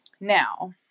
Now